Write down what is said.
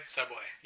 Subway